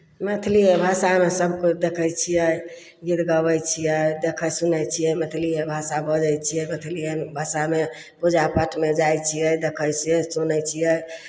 मैथिलिए भाषामे सभ कोइ देखै छियै गीत गबै छियै देखै सुनै छियै मैथिलिए भाषा बजै छियै मैथिलिए भाषामे पूजा पाठमे जाइ छियै देखै छियै सुनै छियै